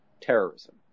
terrorism